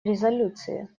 резолюции